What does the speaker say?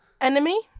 Enemy